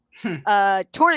tournament